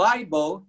Bible